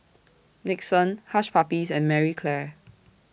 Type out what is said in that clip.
Nixon Hush Puppies and Marie Claire